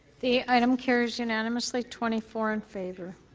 the item carries unanimously twenty four in favor.